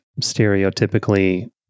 stereotypically